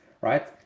right